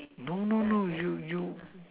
no no no you you